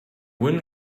when